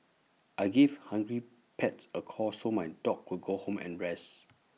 I gave hungry pets A call so my dog could go home and rest